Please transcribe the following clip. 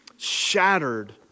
shattered